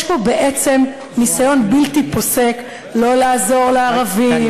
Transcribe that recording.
יש פה בעצם ניסיון בלתי פוסק לא לעזור לערבים